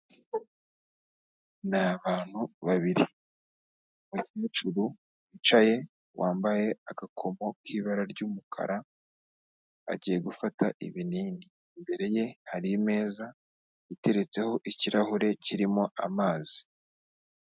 Ni abantu babiri, umukecuru wicaye wambaye agakomo k'ibara ry'umukara, agiye gufata ibinini. Imbere ye hari imeza iteretseho ikirahure kirimo amazi.